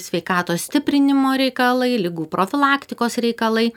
sveikatos stiprinimo reikalai ligų profilaktikos reikalai